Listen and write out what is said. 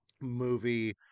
movie